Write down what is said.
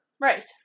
Right